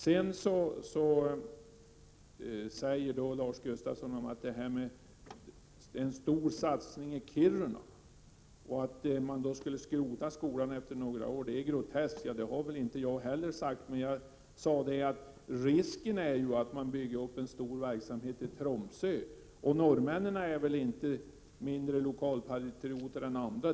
Sedan säger Lars Gustafsson att det görs en stor satsning i Kiruna och att det är groteskt att tänka sig att man skulle skrota skolan efter några år. Ja, jag 139 Prot. 1987/88:132 = har heller inte sagt något annat. Däremot har jag sagt att risken är att det byggs upp en stor verksamhet i Tromsö, och norrmännen är väl inte mindre lokalpatrioter än andra.